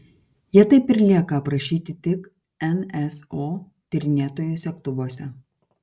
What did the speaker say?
jie taip ir lieka aprašyti tik nso tyrinėtojų segtuvuose